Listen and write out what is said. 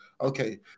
okay